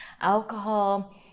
alcohol